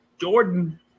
Jordan